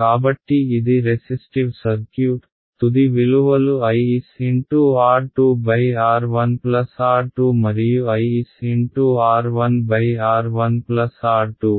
కాబట్టి ఇది resistive circuit తుది విలువలు I s × R 2 R 1 R 2 మరియు I s × R 1 R 1 R 2